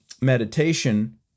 meditation